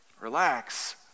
Relax